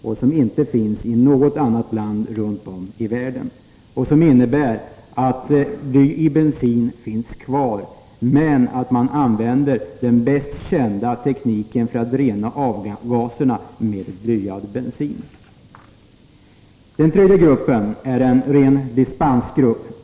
Dessa krav ställs inte i något annat land i världen. De innebär att blyet finns kvar i bensinen men att man använder den bäst kända tekniken för att rena avgaserna med blyad bensin. Den tredje gruppen är en ren dispensgrupp.